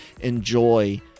enjoy